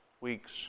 weeks